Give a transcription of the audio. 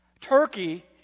Turkey